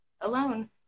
alone